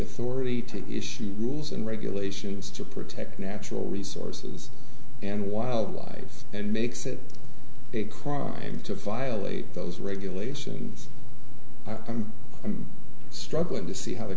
authority to issue rules and regulations to protect natural resources and wildlife and makes it a crime to violate those regulations and i'm struggling to see how the